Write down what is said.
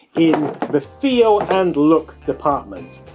in the feel and look department.